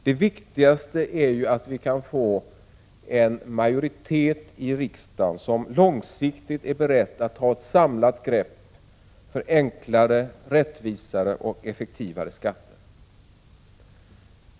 Det viktigaste är ju att vi kan få en majoritet i riksdagen som är beredd att ta ett långsiktigt och samlat grepp för enklare, rättvisare och effektivare skatter.